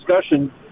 discussion